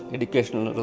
Educational